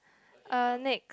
uh next